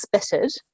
spitted